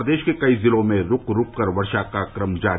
प्रदेश के कई जिलों में रूक रूक कर वर्षा का क्रम जारी